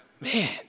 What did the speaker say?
Man